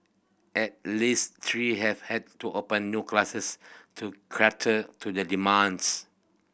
at least three have had to open new classes to cater to the demands